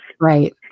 Right